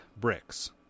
bricks